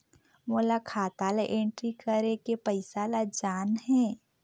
मोला खाता ला एंट्री करेके पइसा ला जान हे?